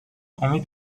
امید